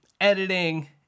editing